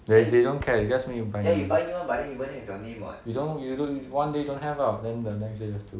they you don't care they just make you buy new one when with your name or you don't have lah then the next you have to bring